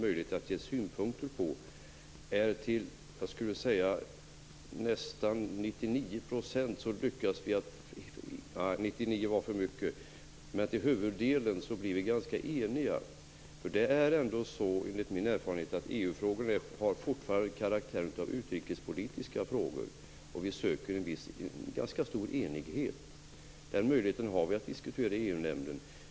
Regeringen kommer riksdagen till mötes, och vi har möjlighet att ge synpunkter på ärendena. Enligt min erfarenhet har EU-frågorna fortfarande karaktär av utrikespolitiska frågor. Vi söker en ganska stor enighet. Vi har möjlighet att diskutera i EU-nämnden.